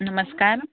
नमस्कार